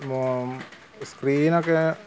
സ്ക്രീനൊക്കെ